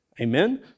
amen